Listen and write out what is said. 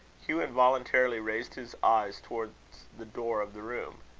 hugh involuntarily raised his eyes towards the door of the room.